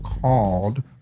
called